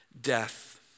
death